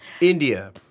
India